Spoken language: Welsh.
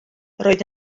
roedd